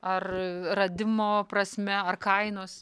ar radimo prasme ar kainos